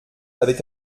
avec